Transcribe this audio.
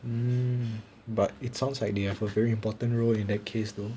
mm but it sounds like the they have a very important role in that case though